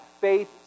faith